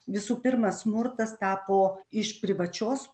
visų pirma smurtas tapo iš privačios